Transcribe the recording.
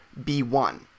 B1